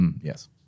Yes